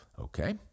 Okay